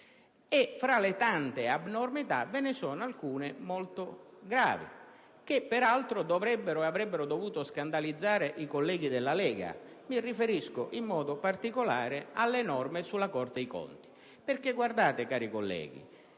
Fra le tante abnormità, ve ne sono alcune molto gravi che, peraltro, avrebbero dovuto scandalizzare i colleghi della Lega. Mi riferisco, in particolare, alle norme sulla Corte dei conti. Infatti, cari colleghi,